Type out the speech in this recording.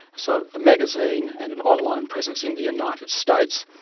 so a magazine and an online presence in the united states.